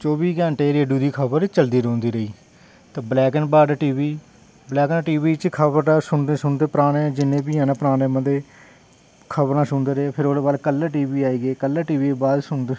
चौबी घैंटे रेडूऐ दी खबर चलदी रेही ते ब्लैक एंड व्हाईट टीवी च खबरां सुनदे सुनदे जिन्ने बी हैन पराने खबरां सुनदे रेह् भी ओह्दे बाद कलर टीवी आइया कलर टीवी दे बाद